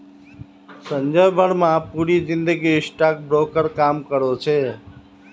संजय बर्मा पूरी जिंदगी stock broker काम करो छे